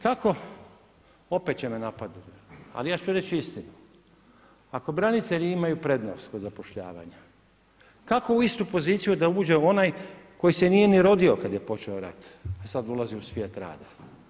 Kako, opet će me napadnuti, ali ja ću reći istinu, ako branitelji imaju prednost kod zapošljavanja, kako u istu poziciju da uđe onaj koji se nije ni rodio kada je počeo rat a sada ulazi u svijet rada?